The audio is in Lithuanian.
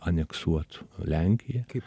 aneksuot lenkija